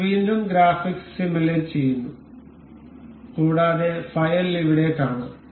നമ്മൾ വീണ്ടും graphics simulate ചെയ്യുന്നു കൂടാതെ ഫയൽ ഇവിടെ കാണാം